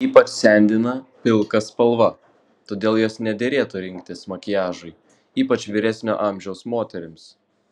ypač sendina pilka spalva todėl jos nederėtų rinktis makiažui ypač vyresnio amžiaus moterims